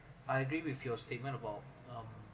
I agree with your statement about um